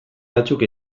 batzuk